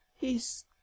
He's